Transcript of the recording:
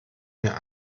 mir